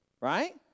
right